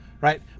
right